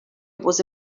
was